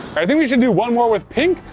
i think we should do one more with pink,